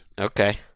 Okay